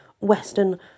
western